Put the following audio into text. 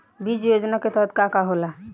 बीज योजना के तहत का का होला?